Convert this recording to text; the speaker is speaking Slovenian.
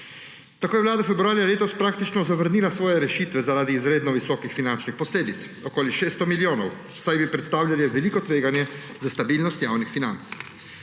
Tako je vlada februarja letos praktično zavrnila svoje rešitve zaradi izredno visokih finančnih posledic, okoli 600 milijonov, saj bi predstavljale veliko tveganja za stabilnost javnih financ.